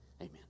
Amen